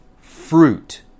fruit